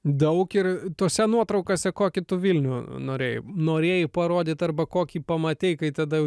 daug ir tose nuotraukose kokį tu vilnių norėjai norėjai parodyt arba kokį pamatei kai tada